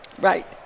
Right